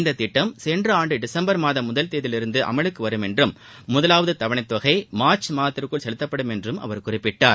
இந்த திட்டம் சென்ற ஆண்டு டிசம்பர் மாதம் முதல் தேதியிலிருந்து அமலுக்கு வரும் என்றும் முதலாவது தவணைத்தொகை மார்ச் மாதத்திற்குள் செலுத்தப்படும் என்றும் அவர் குறிப்பிட்டார்